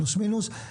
פלוס מינוס,